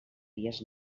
dies